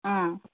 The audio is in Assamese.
অ